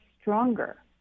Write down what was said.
stronger